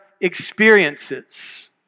experiences